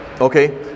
okay